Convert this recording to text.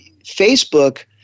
facebook